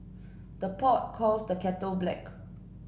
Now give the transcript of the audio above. the pot calls the kettle black